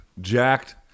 jacked